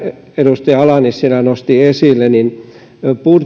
edustaja ala nissilä nosti esille että